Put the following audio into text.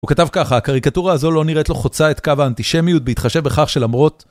הוא כתב ככה, הקריקטורה הזו לא נראית לו חוצה את קו האנטישמיות בהתחשב בכך שלמרות